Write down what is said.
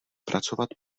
pracovat